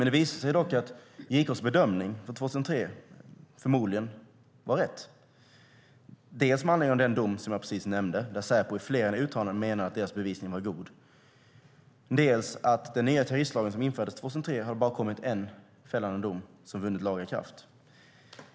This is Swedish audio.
Det visade sig dock att JK:s bedömning från 2003 förmodligen var rätt, dels med anledning av den dom som jag precis nämnde där Säpo i flera uttalanden menar att deras bevisning var god, dels med anledning av att det efter att den nya terroristlagen infördes 2003 har kommit bara en fällande dom som vunnit laga kraft.